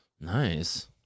Nice